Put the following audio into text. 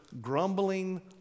grumbling